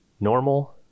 Normal